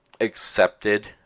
accepted